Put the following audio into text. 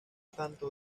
tanto